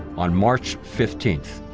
on march fifteenth.